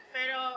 Pero